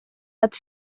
not